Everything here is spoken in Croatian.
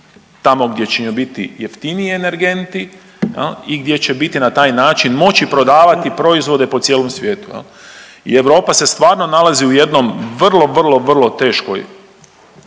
tamo gdje će joj biti jeftiniji energenti jel i gdje će biti na taj način moći prodavati proizvode po cijelom svijetu jel i Europa se stvarno nalazi u jednom vrlo, vrlo, vrlo teškoj